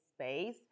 space